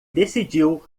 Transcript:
decidiu